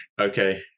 Okay